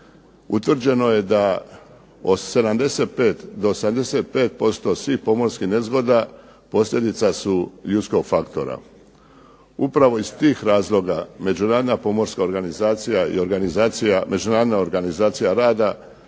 utvrđeno je da do 75% svih pomorskih nezgoda posljedica su ljudskog faktora. Upravo iz tih razloga Međunarodna pomorska organizacija i Međunarodna organizacija rada